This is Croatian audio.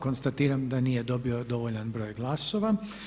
Konstatiram da nije dobio dovoljan broj glasova.